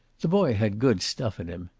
the boy had good stuff in him.